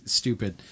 stupid